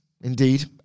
indeed